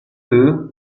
too